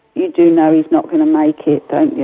you do know he's not going to make it, don't you?